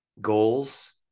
goals